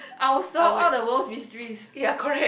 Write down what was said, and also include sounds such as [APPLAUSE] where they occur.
I'll solve all the world's mysteries [BREATH]